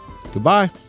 Goodbye